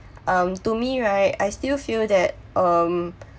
um to me right I still feel that um